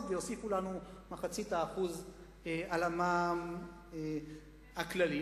ויוסיפו לנו מחצית האחוז על המע"מ הכללי.